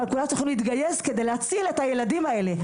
כולם צריכים להתגייס כדי להציל את הילדים האלה.